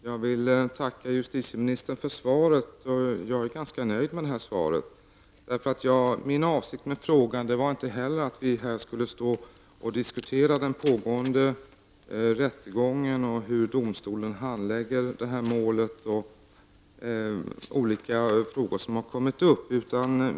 Herr talman! Jag vill tacka justitieministern för svaret som jag är ganska nöjd med. Min avsikt med frågan var inte heller att vi här skulle diskutera den pågående rättegången, hur domstolen handlägger detta mål och andra frågor som har kommit upp.